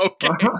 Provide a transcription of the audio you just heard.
Okay